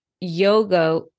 yoga